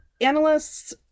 Analysts